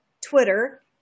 Twitter